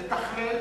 לתכלל,